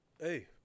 hey